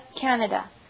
Canada